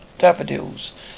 daffodils